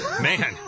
Man